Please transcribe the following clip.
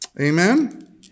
Amen